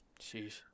Jeez